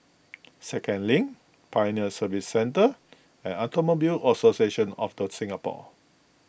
Second Link Pioneer Service Centre and Automobile Association of the Singapore